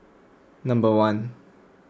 number one